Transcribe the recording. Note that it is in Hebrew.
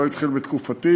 זה לא התחיל בתקופתי.